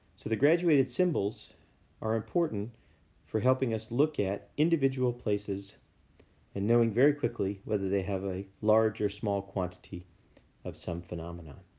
so, the graduated symbols are important for helping us look at individual places and knowing very quickly whether they have a large or small quantity of some phenomenon.